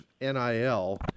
NIL